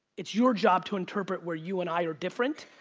it's your job to interpret where you and i are different,